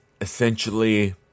essentially